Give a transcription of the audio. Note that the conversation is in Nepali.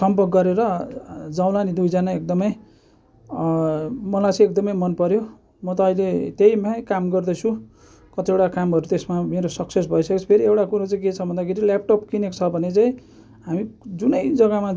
सम्पर्क गरेर जाउँला नि दुईजना एकदमै मलाई चाहिँ एकदमै मन पर्यो म त अहिले त्यहीमा काम गर्दैछु कतिवटा कामहरू त्यसमै मेरो सक्सेस भइसके पछि फेरि एउटा कुरा के छ भन्दाखेरि ल्यापटप किनेको छ भने चाहिँ हामी जुनै जग्गामा